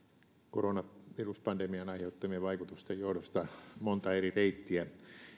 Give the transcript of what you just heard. koronaviruspandemian aiheuttamien vaikutusten johdosta montaa eri reittiä